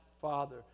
father